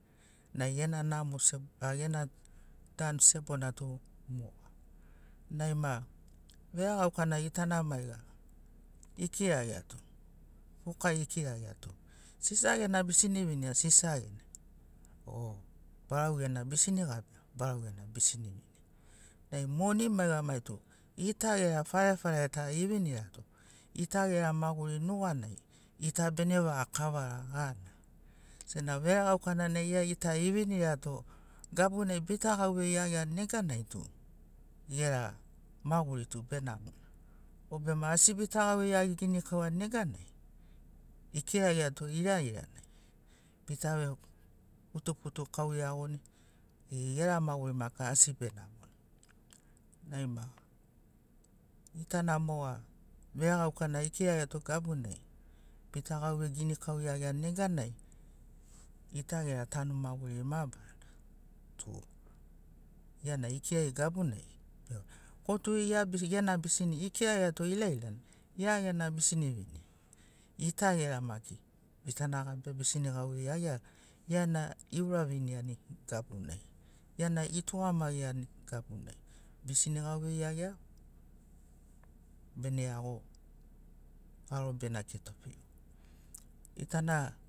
Toma egorani mai gaukara tarimari geriai maki bogitaiani goi boeagoni intaviu boeagoni goi gemu kwalifikeishins mogeri goi ma namomu ma gebimu senagi deika ma monina erakatoani neganai goitu asi aumu ai boeagoni begabimuni said ai be toremuni moni tarimana bema goritogaiani ini toma kavana ita gera mai vegorikau tarimari muri na taraga deba debani mai ileksin taimiri eragasini tarima namori namori erugani gita gera tanu bene namo gana senagi maigeri lakava eagomani moni baegeri ema wawa togani tarimarima ema voirini goi gemu maoro evoiani au gegu maoro evoiani lakavana asi ta gitaiani gita tu mo ini toma verere na ta gitaiani ini toma iakunai mo tae akuni ini toma vererenai ta verereni o gita goira laganina asi ta tugamagiani moni gena namo gena rakava moga bena eagoni gema gofarani bena eagoni tri mants mo eleksin ekorini bena egonogoini bena goi gemu libai au gegu libai.